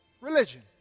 Religion